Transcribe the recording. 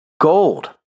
Gold